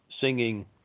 singing